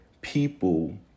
people